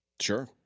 Sure